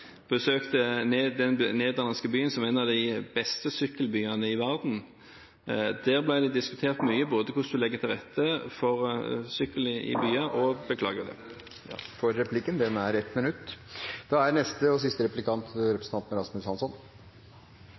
besøkte den nederlandske byen, som er en av de beste sykkelbyene i verden. Der ble det diskutert mye, både hvordan en legger til rette for sykkel i byer og…. Da var tiden ute for replikken. Den er på 1 minutt.